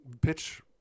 pitch